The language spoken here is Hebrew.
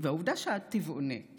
והעובדה שאת טבעונית